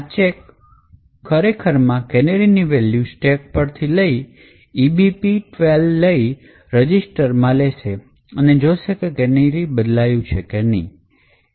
આ ચેક ખરેખરમાં કેનેરીની વેલ્યુ સ્ટેક પર થી લઇ ebp 12 લઈ રજીસ્ટરમાં લેશે અને એ જોશે કે કેનેરી બદલાયું કે નહીં